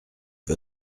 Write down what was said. vas